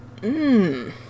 Mmm